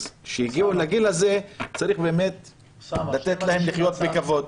אז כשהם הגיעו לגיל הזה צריך באמת לתת להם לחיות בכבוד.